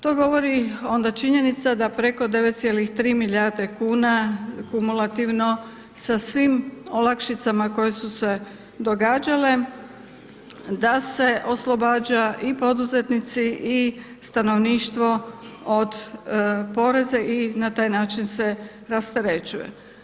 To govori onda činjenica da preko 9,3 milijarde kuna kumulativno sa svim olakšicama koje su se događale, da se oslobađa i poduzetnici i stanovništvo od poreza i na taj način se rasterećuje.